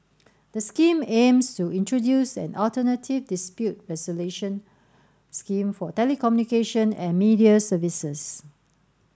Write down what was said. the scheme aims to introduce an alternative dispute resolution scheme for telecommunication and media services